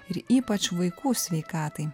ir ypač vaikų sveikatai